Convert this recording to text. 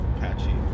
patchy